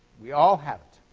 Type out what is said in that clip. we all have it.